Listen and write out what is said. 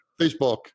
Facebook